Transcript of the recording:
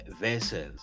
vessels